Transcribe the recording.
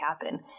happen